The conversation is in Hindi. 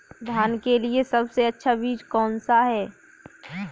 धान के लिए सबसे अच्छा बीज कौन सा है?